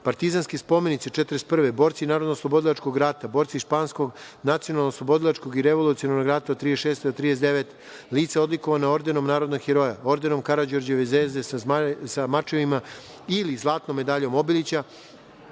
Partizanske spomenice 1941, borci NOB-a, borci Španskog nacionalnog oslobodilačkog i revolucionarnog rata od 1936. do 1939, lica odlikovana Ordenom narodnog heroja, Ordenom Karađorđeve zvezde sa mačevima ili Zlatnom medaljom Obilića,